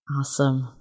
Awesome